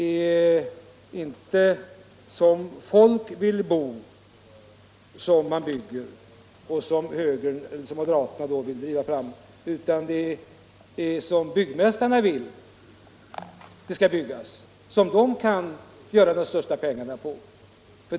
Moderaterna vill inte att man skall bygga som folk önskar bo, utan de vill att det skall byggas enligt byggmästarnas önskemål och på ett sätt som gör att dessa tjänar de största pengarna.